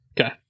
Okay